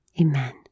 amen